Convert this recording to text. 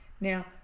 now